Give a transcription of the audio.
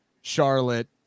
Charlotte